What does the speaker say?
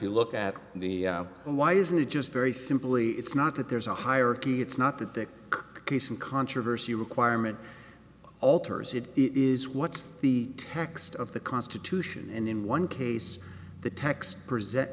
you look at the why isn't it just very simply it's not that there's a hierarchy it's not that the case in controversy requirement alters it is what's the text of the constitution and in one case the text present